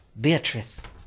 Beatrice